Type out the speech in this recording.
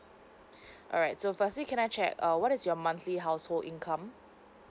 alright so firstly can I check err what is your monthly household income